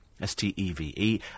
S-T-E-V-E